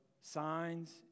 signs